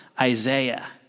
Isaiah